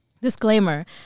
disclaimer